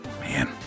Man